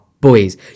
boys